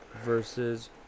Versus